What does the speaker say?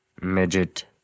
midget